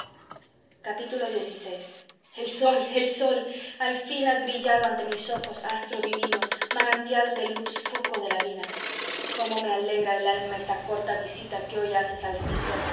mañana xvi el sol el sol al fin has brillado ante mis ojos astro divino manantial de luz foco de la vida cómo me alegra el alma esta corta visita que hoy haces al